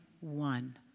one